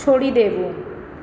છોડી દેવું